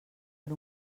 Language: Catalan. per